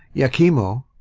iachimo,